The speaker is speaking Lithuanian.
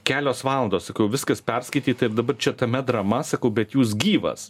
kelios valandos sakau viskas perskaityta ir dabar čia tame drama sakau bet jūs gyvas